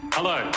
Hello